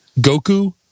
Goku